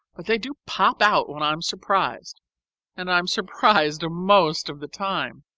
but they do pop out when i'm surprised and i'm surprised most of the time.